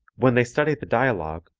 when they study the dialogue,